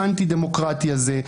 האנטי דמוקרטי הזה,